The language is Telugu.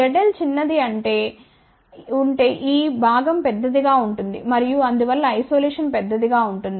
Zl చిన్నది ఉంటే అంటే ఈ భాగం పెద్దదిగా ఉంటుంది మరియు అందువల్ల ఐసోలేషన్ పెద్దదిగా ఉంటుంది